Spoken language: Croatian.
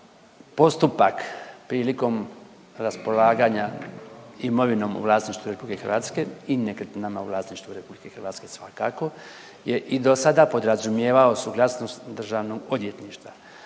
postupak prilikom raspolaganja imovinom u vlasništvu RH i nekretninama u vlasništvu RH svakako je i do sada podrazumijevao suglasnost Državnog odvjetništva.